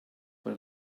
but